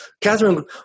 Catherine